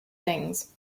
things